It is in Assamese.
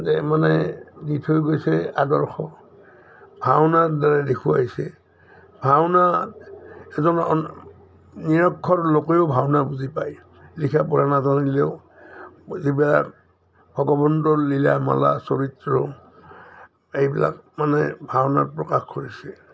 যে মানে দি থৈ গৈছে আদৰ্শ ভাওনাৰ দ্বাৰাই দেখুৱাইছে ভাওনা এজন নিৰক্ষৰ লোকেও ভাওনা বুজি পায় লিখা পঢ়া নাজানিলেও যিবিলাক ভগৱন্তৰ লীলা মালা চৰিত্ৰ এইবিলাক মানে ভাওনাত প্ৰকাশ কৰিছে